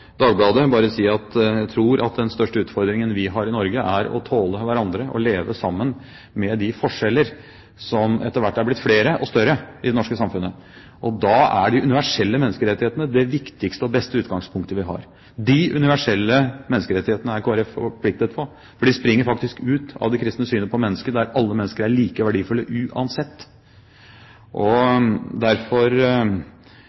Dagbladet, bare si at jeg tror at den største utfordringen vi har i Norge, er å tåle hverandre og leve sammen med de forskjeller som etter hvert er blitt flere og større i det norske samfunnet. Da er de universelle menneskerettighetene det viktigste og beste utgangspunktet vi har. De universelle menneskerettighetene er Kristelig Folkeparti forpliktet på, for de springer faktisk ut av det kristne synet på mennesket, der alle mennesker er like verdifulle uansett.